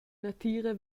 natira